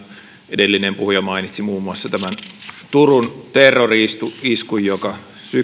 edellinen puhuja mainitsi turun terrori iskun iskun joka